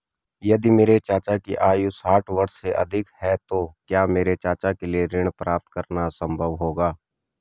यदि मेरे चाचा की आयु साठ वर्ष से अधिक है तो क्या मेरे चाचा के लिए ऋण प्राप्त करना संभव होगा?